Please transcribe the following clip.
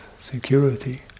security